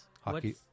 Hockey